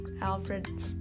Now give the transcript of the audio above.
Alfred